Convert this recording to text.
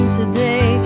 today